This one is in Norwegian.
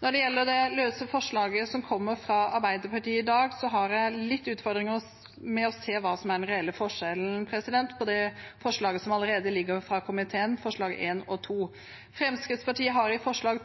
Når det gjelder det løse forslaget som kommer fra Arbeiderpartiet i dag, har jeg litt utfordringer med å se hva som er den reelle forskjellen på det forslaget og det som allerede ligger fra komiteen, forslagene nr. 1 og 2. Fremskrittspartiet har i forslag